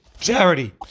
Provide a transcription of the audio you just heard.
charity